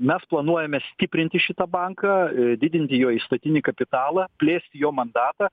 mes planuojame stiprinti šitą banką didinti jo įstatinį kapitalą plėst jo mandatą